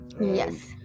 Yes